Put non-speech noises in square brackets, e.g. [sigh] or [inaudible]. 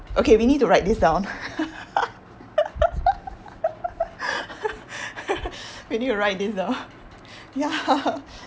okay we need to write this down [laughs] we need to write this down ya